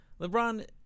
lebron